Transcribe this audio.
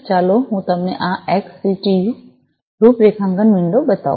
ચાલો હું તમને આ એક્સસિટિયું રૂપરેખાંકન વિન્ડો બતાવું